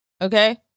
Okay